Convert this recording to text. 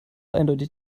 eindeutig